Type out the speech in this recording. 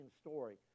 story